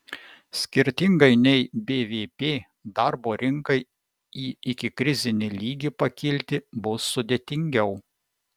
skirtingai nei bvp darbo rinkai į ikikrizinį lygį pakilti bus sudėtingiau